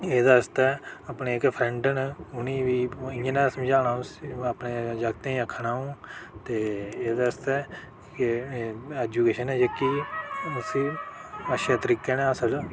एह्दे आस्तै अपने जेह्के फ्रैंड न उ'नें बी इं'या नै समझाना ते अं' अ'ऊं अपने जागतें ईं आखना अं'ऊ ते एह्दे आस्तै के एजूकेशन ऐ जेह्की उसी अच्छे तरीके नै हासल